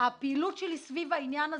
הוא היה יודע שהפעילות שלי סביב העניין הזה,